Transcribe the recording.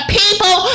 people